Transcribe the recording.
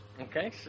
Okay